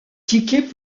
tickets